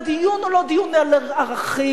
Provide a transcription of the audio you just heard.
הדיון הוא לא דיון על ערכים,